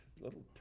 little